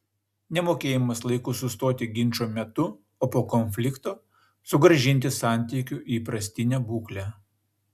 nemokėjimas laiku sustoti ginčo metu o po konflikto sugrąžinti santykių į įprastinę būklę